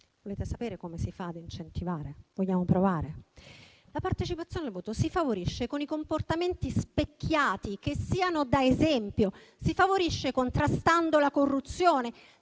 volete sapere come si fa ad incentivare? Vogliamo provare? La partecipazione al voto si favorisce con i comportamenti specchiati, che siano da esempio, contrastando la corruzione